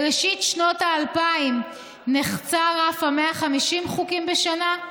בראשית שנות האלפיים נחצה רף 150 חוקים בשנה,